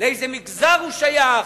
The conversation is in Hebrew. לאיזה מגזר הוא שייך,